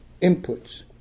inputs